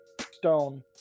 stone